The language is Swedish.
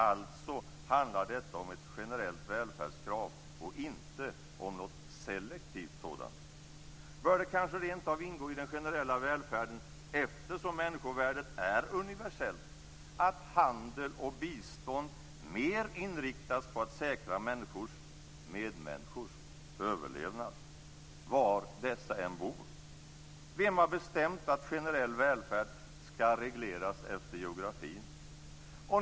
Alltså handlar detta om ett generellt välfärdskrav och inte om något selektivt sådant. Bör det kanske rent av ingå i den generella välfärden, eftersom människovärdet är universellt, att handel och bistånd mer inriktas på att säkra medmänniskors överlevnad, var dessa än bor? Vem har bestämt att generell välfärd skall regleras efter geografin?